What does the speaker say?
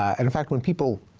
and in fact, when people,